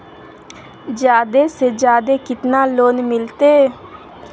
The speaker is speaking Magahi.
जादे से जादे कितना लोन मिलते?